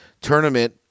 tournament